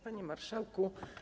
Panie Marszałku!